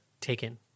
taken